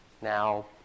Now